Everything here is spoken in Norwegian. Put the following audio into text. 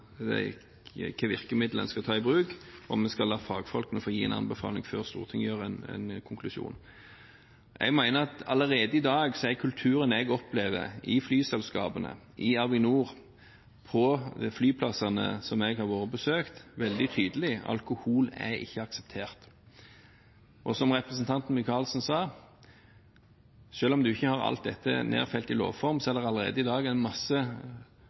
en skal ta i bruk, om vi skal la fagfolkene få gi en anbefaling før Stortinget konkluderer. Jeg mener at allerede i dag er kulturen, slik jeg opplever det – i flyselskapene, i Avinor, på flyplassene som jeg har vært og besøkt – veldig tydelig på at alkohol ikke er akseptert. Og som representanten Michaelsen sa: Selv om du ikke har alt dette nedfelt i lovform, er det allerede i dag mange møtepunkter for et flypersonell, inn til en